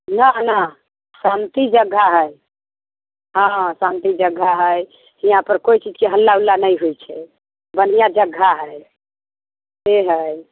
नै नै शान्ति जगह है हँ शान्ति जगह है यहाँपर कोइ चीजके हल्ला वल्ला नहि होइ छै बढ़िआँ जग्गह है से है